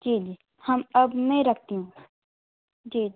जी जी हम अब मैं रखती हूँ जी